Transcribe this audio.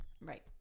Right